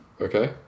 okay